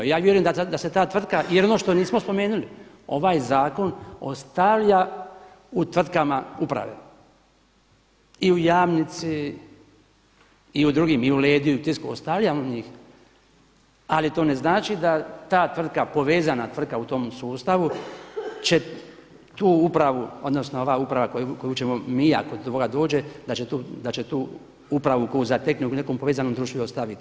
Ja vjerujem da se ta tvrtka jer ono što nismo spomenuli ovaj zakon ostavlja u tvrtkama uprave i u Jamnici i u drugim i u Ledu i u Tisku … ali to ne znači da ta tvrtka, povezana tvrtka u tom sustavu će tu upravu odnosno ova uprava koju ćemo mi ako do toga dođe da će tu upravu koju zateknu u nekom povezanom društvu i ostaviti.